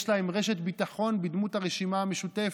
יש להם רשת ביטחון בדמות הרשימה המשותפת.